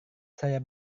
saya